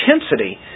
intensity